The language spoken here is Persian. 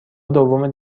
دوم